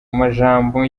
majambo